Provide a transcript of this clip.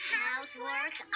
Housework